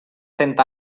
cent